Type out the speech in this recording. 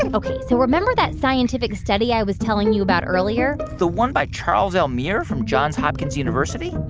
and ok. so remember that scientific study i was telling you about earlier? the one by charles el mir from johns hopkins university?